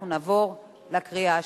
אנחנו נעבור לקריאה השלישית.